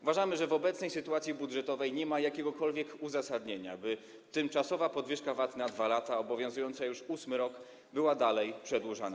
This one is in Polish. Uważamy, że w obecnej sytuacji budżetowej nie ma jakiegokolwiek uzasadnienia, by tymczasowa podwyżka VAT, na 2 lata, obowiązująca już 8. rok, była dalej przedłużana.